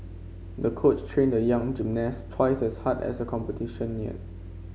the coach trained the young gymnast twice as hard as the competition neared